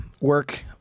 work